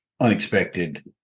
unexpected